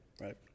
Right